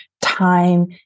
time